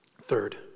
Third